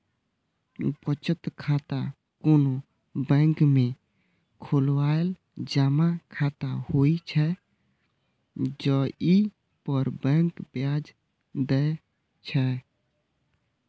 बचत खाता कोनो बैंक में खोलाएल जमा खाता होइ छै, जइ पर बैंक ब्याज दै छै